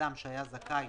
לאדם שהיה זכאי